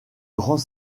grands